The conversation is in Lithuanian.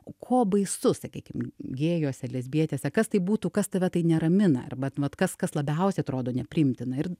ko baisu sakykim gėjuose lesbietėse kas tai būtų kas tave tai neramina arba vat kas kas labiausiai atrodo nepriimtina ir